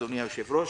אדוני היושב-ראש,